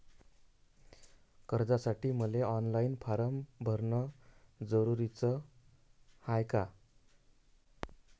कर्जासाठी मले online form भरन जरुरीच हाय का?